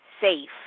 safe